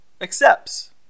accepts